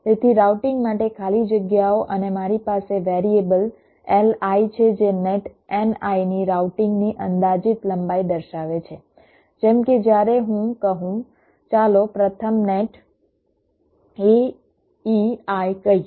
તેથી રાઉટિંગ માટે ખાલી જગ્યાઓ અને મારી પાસે વેરિએબલ Li છે જે નેટ Ni ની રાઉટિંગની અંદાજિત લંબાઈ દર્શાવે છે જેમ કે જ્યારે હું કહું ચાલો પ્રથમ નેટ a e i કહીએ